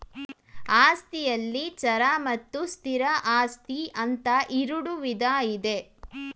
ಆಸ್ತಿಯಲ್ಲಿ ಚರ ಮತ್ತು ಸ್ಥಿರ ಆಸ್ತಿ ಅಂತ ಇರುಡು ವಿಧ ಇದೆ